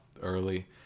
early